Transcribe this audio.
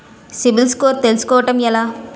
CIBIL score తెల్సుకోటం ఎలా?